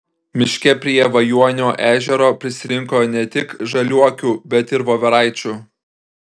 miške prie vajuonio ežero prisirinko ne tik žaliuokių bet ir voveraičių